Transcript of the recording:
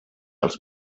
els